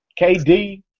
KD